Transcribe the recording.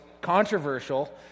controversial